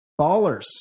Ballers